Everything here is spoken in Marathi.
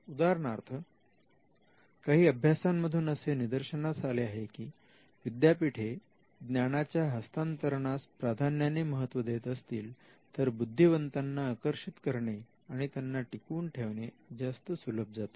दाहरणार्थ काही अभ्यासामधून असे निदर्शनास आले आहे की जर विद्यापीठे ज्ञानाच्या हस्तांतरणास प्राधान्याने महत्त्व देत असतील तर बुद्धिवंतांना आकर्षित करणे आणि त्यांना टिकवून ठेवणे जास्त सुलभ जाते